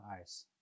eyes